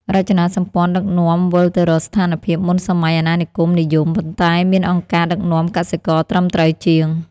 រចនាសម្ព័ន្ធដឹកនាំវិលទៅរកស្ថានភាពមុនសម័យអាណានិគមនិយម ប៉ុន្តែមានអង្គការដឹកនាំកសិករត្រឹមត្រូវជាង។